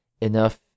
enough